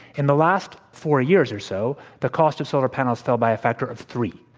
in the last four years or so, the cost of solar panels fell by a factor of three.